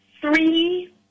three